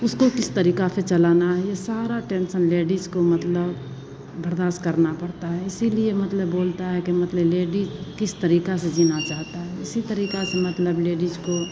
उसको किस तरीका से चलाना है ये सारा टेन्सन लेडीज़ को मतलब बर्दाश्त करना पड़ता है इसीलिए मतलब बोलता है कि मतलब लेडीज किस तरीका से जीना चाहता है इसी तरीका से मतलब लेडीज को